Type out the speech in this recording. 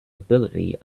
ability